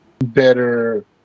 better